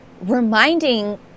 reminding